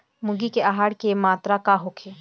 मुर्गी के आहार के मात्रा का होखे?